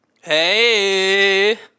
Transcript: Hey